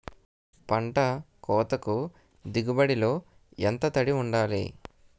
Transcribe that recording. పంట కోతకు దిగుబడి లో ఎంత తడి వుండాలి?